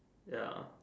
ya